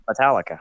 Metallica